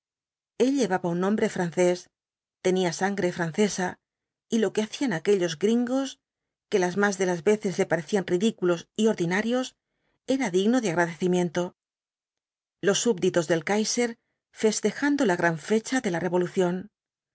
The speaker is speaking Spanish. el llevaba un nombre francés tenía sangre francesa y lo que hacían aquellos gringos que las más de las veces le parecían ridículos y ordinarios era digno de agradecimiento los subditos del kaiser festejando la gran fecha de la revolución